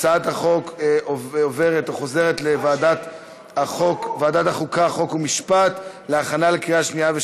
התשע"ז 2017, לוועדת החוקה, חוק ומשפט נתקבלה.